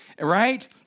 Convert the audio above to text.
right